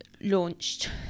launched